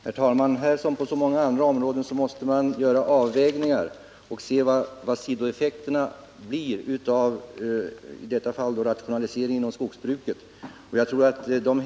Herr talman! Här som på så många andra områden måste man göra avvägningar. En rationalisering, i detta fall inom skogsbruket, får sidoeffekter.